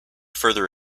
further